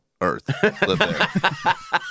earth